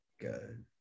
good